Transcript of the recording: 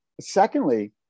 secondly